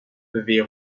devait